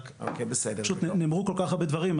פשוט נאמרו כל כך הרבה דברים.